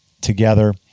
together